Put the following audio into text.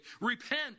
Repent